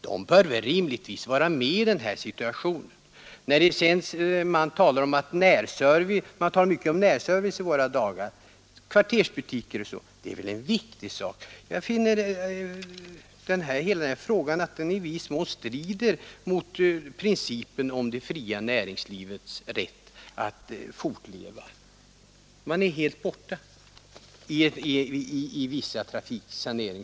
De bör väl också rimligtvis vara med i dessa diskussioner. Man talar mycket om närservice i våra dagar, kvartersbutiker m.m. Det är väl en viktig sak. Jag finner att behandlingen av hela denna fråga strider mot principen om det fria näringslivets rätt att fortleva. Dess representanter blir helt förbigångna när man diskuterar trafiksanering.